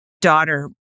daughter